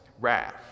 wrath